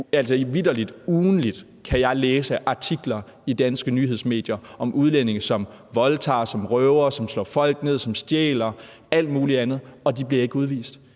jeg vitterlig ugentligt kan læse artikler i danske nyhedsmedier om udlændinge, som voldtager, som røver, som slår folk ned, som stjæler og alt muligt andet, og de bliver ikke udvist.